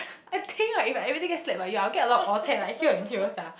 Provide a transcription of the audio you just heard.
I think like like if I really get slapped by you I'll get a lot of orh cheh like here and here sia